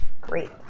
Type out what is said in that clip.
Great